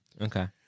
Okay